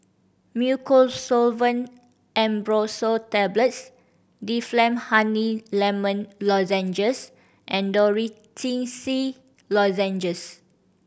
Mucosolvan Ambroxol Tablets Difflam Honey Lemon Lozenges and Dorithricin Lozenges